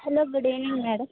hello good evening madam